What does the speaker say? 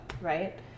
right